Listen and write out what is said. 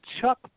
Chuck